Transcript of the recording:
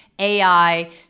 AI